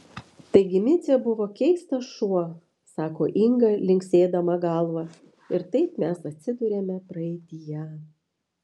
taigi micė buvo keistas šuo sako inga linksėdama galva ir taip mes atsiduriame praeityje